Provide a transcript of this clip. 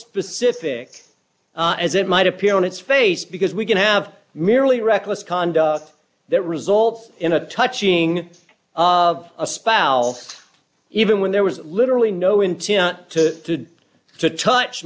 specific as it might appear on its face because we can have merely reckless conduct that result in a touching of a spouse even when there was literally no intent to to to